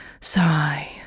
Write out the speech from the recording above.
sigh